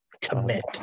commit